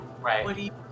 Right